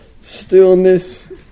stillness